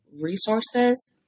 resources